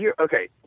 okay